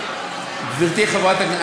גברתי חברת הכנסת,